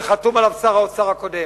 וחתום עליו שר האוצר הקודם.